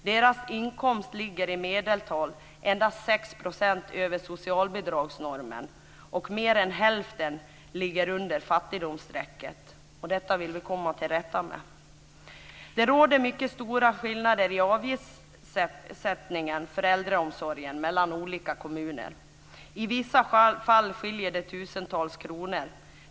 Deras inkomst ligger i medeltal endast 6 % över socialbidragsnormen, och mer än hälften ligger under fattigdomsstrecket. Detta vill vi komma till rätta med. Det råder mycket stora skillnader i avgiftssättningen för äldreomsorgen mellan olika kommuner. I vissa fall skiljer det tusentals kronor.